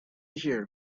hear